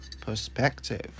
perspective